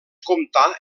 comptà